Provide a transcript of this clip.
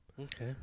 okay